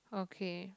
okay